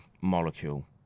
molecule